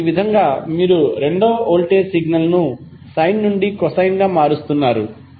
కాబట్టి ఈ విధంగా మీరు రెండవ వోల్టేజ్ సిగ్నల్ ను సైన్ నుండి కొసైన్ గా మారుస్తున్నారు